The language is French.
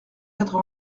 quatre